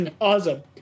Awesome